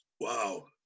Wow